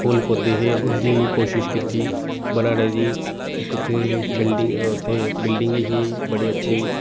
फुल्ल पौधे हे उं'दी कोशिश कीती बनाने दी इक उत्थै बिल्डिंग ही बड़ी अच्छी